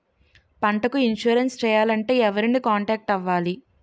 పంటకు ఇన్సురెన్స్ చేయాలంటే ఎవరిని కాంటాక్ట్ అవ్వాలి?